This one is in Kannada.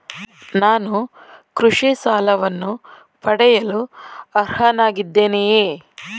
ನಾನು ಕೃಷಿ ಸಾಲವನ್ನು ಪಡೆಯಲು ಅರ್ಹನಾಗಿದ್ದೇನೆಯೇ?